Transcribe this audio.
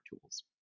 tools